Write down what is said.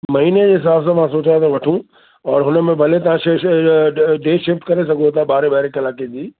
महीने जे हिसाब सां मां सोचां थो वठूं और हुनमें भले तव्हां छह छह ई डे शिफ़्ट करे सघो था ॿारहें ॿारहें कलाजे जी